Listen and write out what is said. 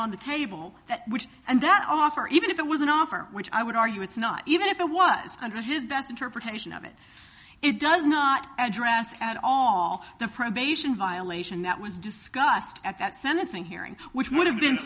which and that offer even if it was an offer which i would argue it's not even if it was under his best interpretation of it it does not address at all the probation violation that was discussed at that sentencing hearing which would have been